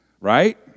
right